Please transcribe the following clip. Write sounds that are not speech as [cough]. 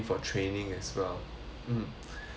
mm [breath]